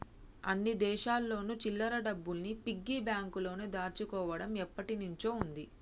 అన్ని దేశాల్లోను చిల్లర డబ్బుల్ని పిగ్గీ బ్యాంకులో దాచుకోవడం ఎప్పటినుంచో ఉంది